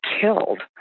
killed